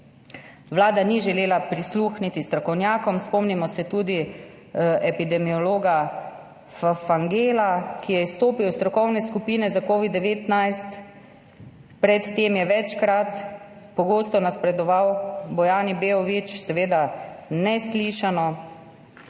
Vlada ni želela prisluhniti strokovnjakom. Spomnimo se tudi epidemiologa Fafangela, ki je izstopil iz strokovne skupine za covid-19. Pred tem je večkrat pogosto nasprotoval Bojani Beović, seveda neslišano.